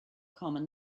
common